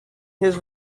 his